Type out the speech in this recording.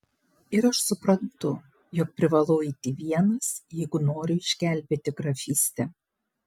ir aš suprantu jog privalau eiti vienas jeigu noriu išgelbėti grafystę